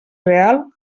real